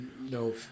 no